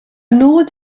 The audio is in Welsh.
nod